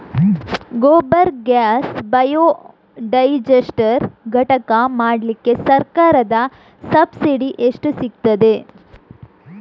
Gobar gas biodigester ಘಟಕ ಮಾಡ್ಲಿಕ್ಕೆ ಸರ್ಕಾರದ ಸಬ್ಸಿಡಿ ಎಷ್ಟು ಸಿಕ್ತಾದೆ?